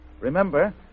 Remember